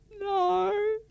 No